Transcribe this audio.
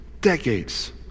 decades